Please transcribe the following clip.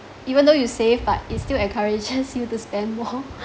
even though you save but it still encourages you to spend more